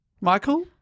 Michael